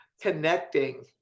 connecting